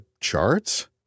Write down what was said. charts